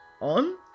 on